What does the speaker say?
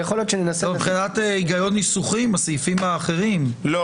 כי יכול להיות מצב שבנסיבות שונות ולוועדות אין הוראה ודאי לא